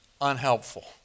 unhelpful